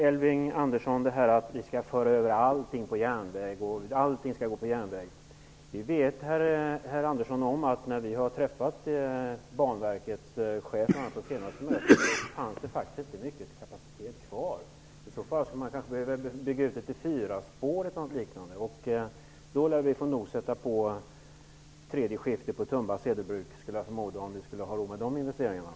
Elving Andersson säger att vi skall föra över allting till järnväg. Vet herr Andersson om att vi när vi senast träffade Banverkets chef fick uppgiften att det inte finns mycket kapacitet kvar? För att klara detta skulle man behöva bygga ut fyrspårsdrift eller något liknande. För att få råd med sådana investeringar fick vi nog sätta in ett tredje skift på